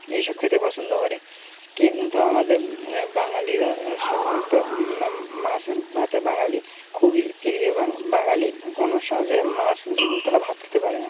এইসব খেতে পছন্দ করে কিন্তু আমাদের বাঙালিরা সাধারণত মাসের ভাতে বাঙালি খুবই এবং বাঙালি কোনো সর্ষে মাছ ভিন্ন তারা ভাত খেতে পারে না